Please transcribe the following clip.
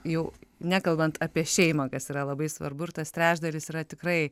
jau nekalbant apie šeimą kas yra labai svarbu ir tas trečdalis yra tikrai